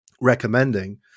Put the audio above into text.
recommending